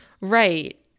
Right